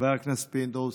חבר הכנסת פינדרוס,